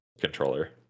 controller